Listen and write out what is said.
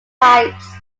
pipes